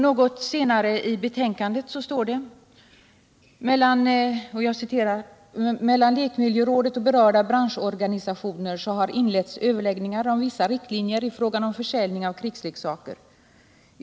Något senare i betänkandet hette det: ”Mellan lekmiljörådet och berörda branschorganisationer har inletts överläggningar om vissa riktlinjer i fråga om försäljning av krigsleksaker.